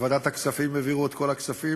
בוועדת הכספים העבירו את כל הכספים?